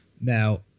now